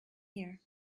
here